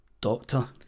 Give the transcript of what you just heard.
Doctor